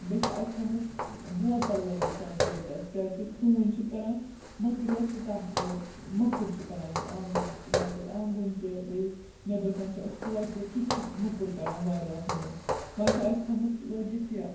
بیٚیہِ چھِ اَسہِ تھٲمٕژ بوتَل لٲگِتھ یتھ گیٹَس کیٛازِکہِ ہوٗنۍ چھِ کَران مٔکریر تیوٗتاہ مطلب موٚکُر چھُ کَران یِم آنٛگُن یَپٲرۍ آنٛگُن تہِ بیٚیہِ نیبرٕ کَنۍ چھُ اَسہِ کوچہِ سُہ تہِ چھُ موٚکُر کَران واریاہ ہوٗنۍ وۄنۍ چھِ اَسہِ تھٲمٕژ لٲگِتھ یہِ